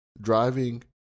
driving